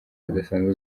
zidasanzwe